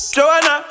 Joanna